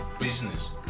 business